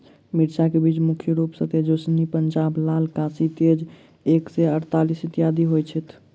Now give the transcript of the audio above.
मिर्चा केँ बीज मुख्य रूप सँ तेजस्वनी, पंजाब लाल, काशी तेज एक सै अड़तालीस, इत्यादि होए छैथ?